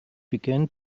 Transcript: began